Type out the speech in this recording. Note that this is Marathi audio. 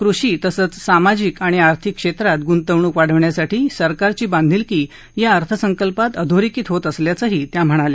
कृषी तसंच सामाजिक आणि आर्थिक क्षमत्ति गुंतवणूक वाढवण्यासाठी सरकारची बांधीलकी या अर्थसंकल्पात अधोरिखित होत असल्याचंही त्या म्हणाल्या